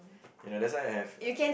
you know that's why I have a